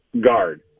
guard